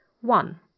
One